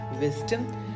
wisdom